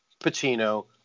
pacino